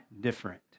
different